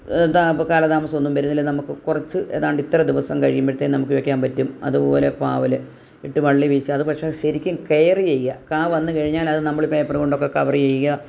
ഇതാ ഇപ്പം കാലതാമസമൊന്നും വരുന്നില്ല നമുക്ക് കുറച്ച് ഏതാണ്ട് ഇത്ര ദിവസം കഴിയുമ്പഴത്തേന് നമുക്ക് ഉപയോഗിക്കാൻ പറ്റും അതുപോലെ പാവല് ഇട്ട് വള്ളി വീശാതെ പക്ഷെ ശരിക്കും കെയറ് ചെയ്യുക കാ വന്ന് കഴിഞ്ഞാൽ അത് നമ്മള് പേപ്പറ് കൊണ്ടൊക്കെ കവറു ചെയ്യുക